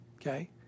okay